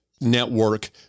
network